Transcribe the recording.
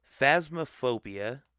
Phasmophobia